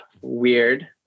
Weird